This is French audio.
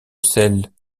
celles